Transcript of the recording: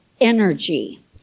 energy